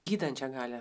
gydančią galią